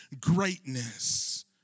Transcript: greatness